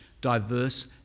diverse